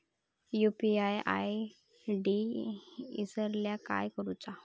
UPI ID इसरल्यास काय करुचा?